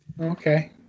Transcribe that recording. okay